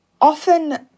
often